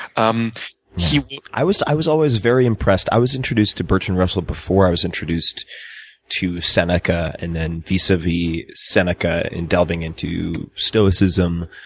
um i was i was always very impressed. i was introduced to bertrand russell before i was introduced to seneca. and then vis-a-vis seneca and delving into stoicism